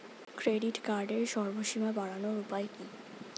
Credit কার্ডের উর্ধ্বসীমা বাড়ানোর উপায় কি?